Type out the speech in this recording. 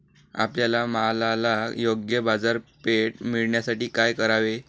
आपल्या मालाला योग्य बाजारपेठ मिळण्यासाठी काय करावे?